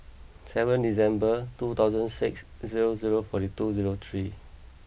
seven December two thousand six zero zero forty two zero three